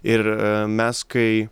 ir mes kai